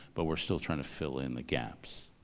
but we're still trying to fill in the gaps.